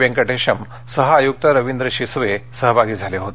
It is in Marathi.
वेंकटेशमु सहआयुक्त रवींद्र शिसवे सहभागी झाले होते